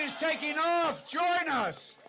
taking off. join us!